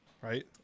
Right